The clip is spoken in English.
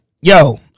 yo